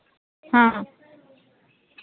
ᱦᱮᱸ